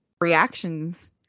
reactions